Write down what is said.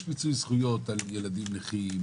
יש מיצוי זכויות על ילדים נכים,